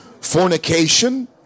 fornication